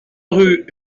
rue